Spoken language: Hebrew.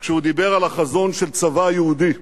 כשהוא דיבר על החזון של צבא יהודי.